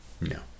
No